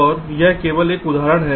और यह केवल एक उदाहरण है